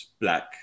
black